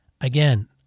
again